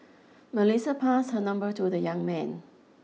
Melissa pass her number to the young man